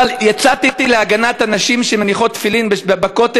אבל יצאתי להגנת הנשים שמניחות תפילין בכותל